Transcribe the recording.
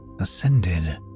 ascended